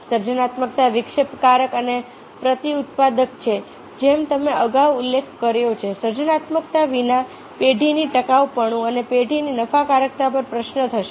સર્જનાત્મકતા વિક્ષેપકારક અને પ્રતિઉત્પાદક છે જેમ તમે અગાઉ ઉલ્લેખ કર્યો છે સર્જનાત્મકતા વિના પેઢીની ટકાઉપણું અને પેઢીની નફાકારકતા પર પ્રશ્ન થશે